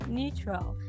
neutral